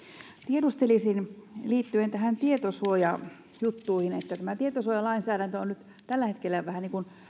tiedustelisin liittyen näihin tietosuojajuttuihin tämä tietosuojalainsäädäntö on nyt tällä hetkellä vähän